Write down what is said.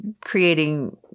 creating